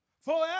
forever